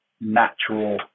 natural